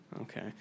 Okay